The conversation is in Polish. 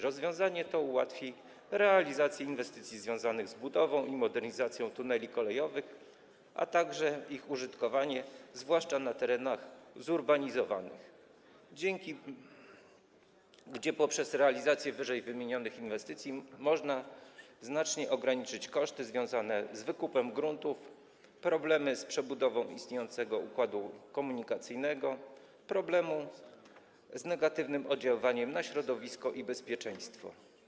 Rozwiązanie to ułatwi realizację inwestycji związanych z budową i modernizacją tuneli kolejowych, a także ich użytkowanie, zwłaszcza na terenach zurbanizowanych, gdzie w ramach realizacji ww. inwestycji można znacznie ograniczyć koszty związane z wykupem gruntów, problemy z przebudową istniejącego układu komunikacyjnego, problemy z negatywnym oddziaływaniem na środowisko i bezpieczeństwo.